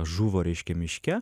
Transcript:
žuvo reiškia miške